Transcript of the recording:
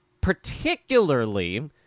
particularly